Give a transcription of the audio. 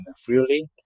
Freely